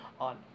on